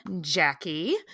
Jackie